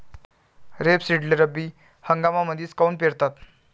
रेपसीडले रब्बी हंगामामंदीच काऊन पेरतात?